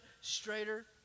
straighter